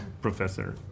Professor